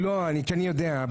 אני יודע.